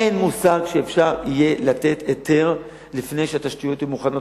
אין מושג שאפשר יהיה לתת היתר לפני שהתשתיות יהיו מוכנות,